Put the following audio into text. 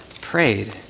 prayed